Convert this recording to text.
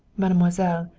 mademoiselle,